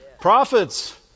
Prophets